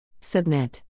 Submit